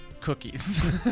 cookies